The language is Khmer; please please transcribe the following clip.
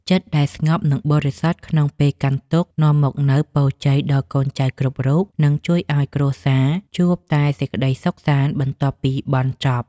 ចិត្តដែលស្ងប់និងបរិសុទ្ធក្នុងពេលកាន់ទុក្ខនាំមកនូវពរជ័យដល់កូនចៅគ្រប់រូប និងជួយឱ្យគ្រួសារជួបតែសេចក្តីសុខសាន្តបន្ទាប់ពីបុណ្យចប់។